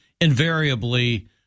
Invariably